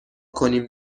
کنیم